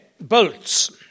bolts